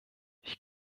ich